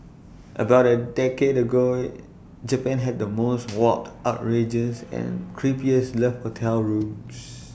about A decade ago Japan had the most warped outrageous and creepiest love hotel rooms